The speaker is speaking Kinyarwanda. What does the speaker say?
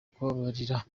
kubabarira